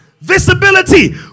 Visibility